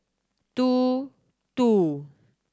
two two